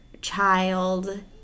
child